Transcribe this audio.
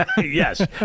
Yes